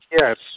Yes